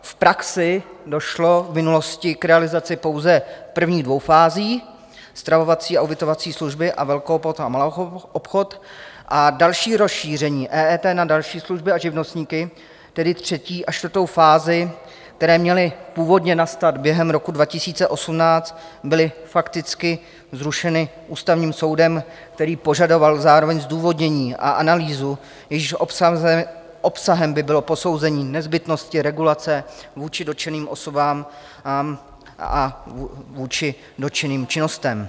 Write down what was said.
V praxi došlo v minulosti k realizaci pouze prvních dvou fází stravovací a ubytovací služby a velkoobchod a maloobchod a další rozšíření EET na další služby a živnostníky, tedy třetí a čtvrtou fázi, které měly původně nastat během roku 2018, bylo fakticky zrušeno Ústavním soudem, který požadoval zároveň zdůvodnění a analýzu, jejímž obsahem by bylo posouzení nezbytnosti regulace vůči dotčeným osobám a vůči dotčeným činnostem.